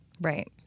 right